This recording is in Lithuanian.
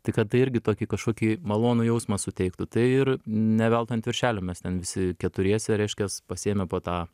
tai kad tai irgi tokį kažkokį malonų jausmą suteiktų tai ir ne veltui ant viršelio mes ten visi keturiese reiškias pasiėmę po tą